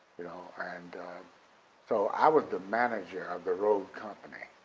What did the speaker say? and so i was the manager of the road company.